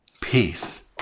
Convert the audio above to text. Peace